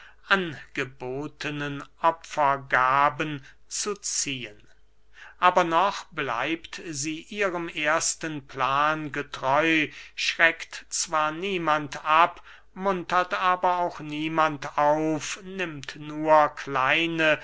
angebotenen opfergaben zu ziehen aber noch bleibt sie ihrem ersten plan getreu schreckt zwar niemand ab muntert aber auch niemand auf nimmt nur kleine